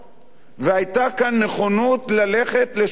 והיתה כאן נכונות ללכת לשינויים.